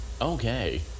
Okay